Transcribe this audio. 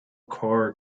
core